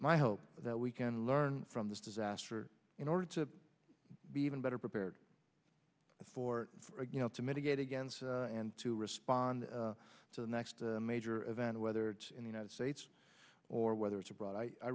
my hope that we can learn from this disaster in order to be even better prepared for you know to mitigate against and to respond to the next major event whether it's in the united states or whether it's abroad i